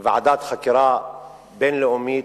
לוועדת חקירה בין-לאומית,